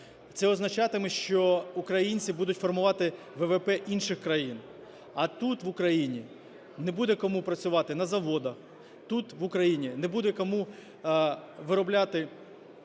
Це означатиме, що українці будуть формувати ВВП інших країн, а тут, в Україні, не буде кому працювати на заводах, тут, в Україні, не буде кому виробляти